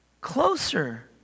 closer